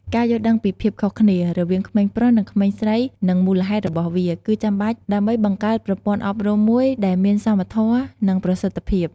ការយល់ដឹងពីភាពខុសគ្នា រវាងក្មេងប្រុសនិងក្មេងស្រីនិងមូលហេតុរបស់វា គឺចាំបាច់ដើម្បីបង្កើតប្រព័ន្ធអប់រំមួយដែលមានសមធម៌ និងប្រសិទ្ធភាព។